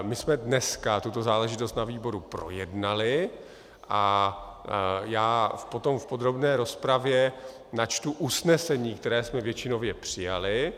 My jsme dneska tuto záležitost na výboru projednali a já potom v podrobné rozpravě načtu usnesení, které jsme většinově přijali.